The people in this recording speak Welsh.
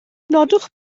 nodwch